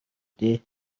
дээ